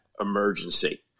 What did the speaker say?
emergency